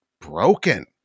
broken